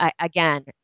again